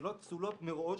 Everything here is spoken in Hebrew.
שאלות פסולות מראש,